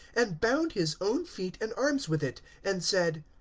and bound his own feet and arms with it, and said,